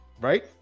Right